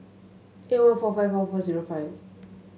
eight one four five four four zero five